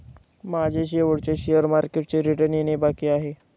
माझे शेवटचे शेअर मार्केटचे रिटर्न येणे बाकी आहे